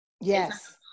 Yes